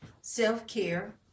self-care